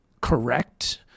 correct